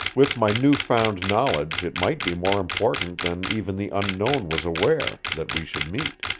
with my new-found knowledge it might be more important than even the unknown was aware, that we should meet.